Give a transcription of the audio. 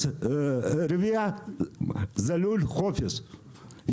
זה לול חופש,